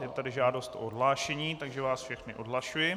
Je tady žádost o odhlášení, takže vás všechny odhlašuji.